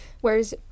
whereas